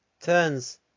turns